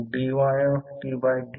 05 henry आणि L2 0